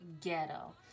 ghetto